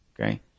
Okay